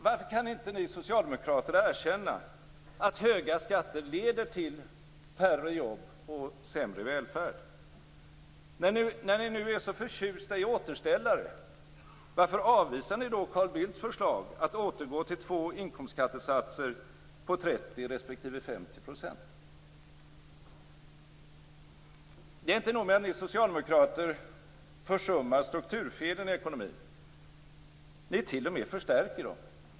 Varför kan ni socialdemokrater inte erkänna att höga skatter leder till färre jobb och sämre välfärd? När ni nu är så förtjusta i återställare, varför avvisar ni då Carl Bildts förslag att återgå till två inkomstskattesatser på 30 respektive 50 %? Det är inte nog med att ni socialdemokrater försummar strukturfelen i ekonomin - ni t.o.m. förstärker dem!